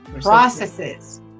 Processes